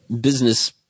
business